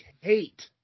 hate